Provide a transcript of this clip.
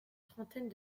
trentaine